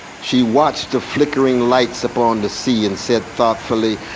she watched the flickering lights upon the sea and said thoughtfully,